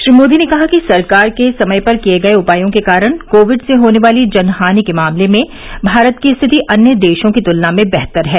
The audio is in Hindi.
श्री मोदी ने कहा कि सरकार के समय पर किये गये उपायों के कारण कोविड से होने वाली जन हानि के मामले में भारत की स्थिति अन्य देशों की तुलना में बेहतर है